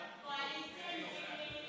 ההסתייגות